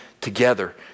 together